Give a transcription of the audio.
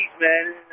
man